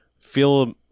feel